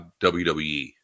WWE